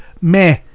meh